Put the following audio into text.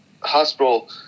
hospital